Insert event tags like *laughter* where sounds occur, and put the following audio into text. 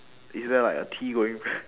is there like a T going *breath*